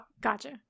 Gotcha